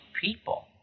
people